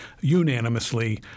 unanimously